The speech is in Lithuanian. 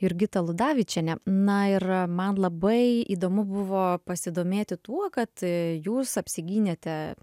jurgitą ludavičienę na ir man labai įdomu buvo pasidomėti tuo kad jūs apsigynėte